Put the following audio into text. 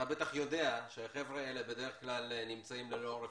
אתה בטח יודע שהחבר'ה האלה בדרך כלל ללא עורף